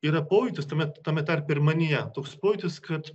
yra pojūtis tamet tame tarpe ir manyje toks pojūtis kad